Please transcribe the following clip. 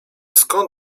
skąd